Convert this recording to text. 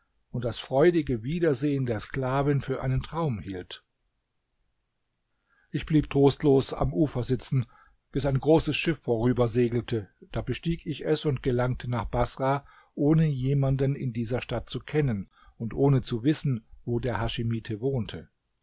und das freudige wiedersehen der sklavin für einen traum hielt ich blieb trostlos am ufer sitzen bis ein großes schiff vorübersegelte da bestieg ich es und gelangte nach baßrah ohne jemanden in dieser stadt zu kennen und ohne zu wissen wo der haschimite wohnte